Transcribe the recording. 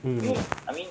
hmm